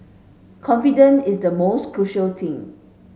confidence is the most crucial thing